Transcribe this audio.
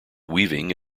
weaving